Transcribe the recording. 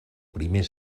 primer